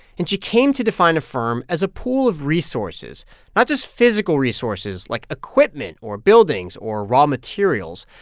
and she came to define a firm as a pool of resources not just physical resources, like equipment or buildings or raw materials,